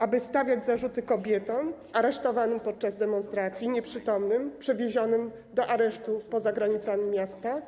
Aby stawiać zarzuty kobietom aresztowanym podczas demonstracji, nieprzytomnym, przewiezionym do aresztu poza granicami miasta?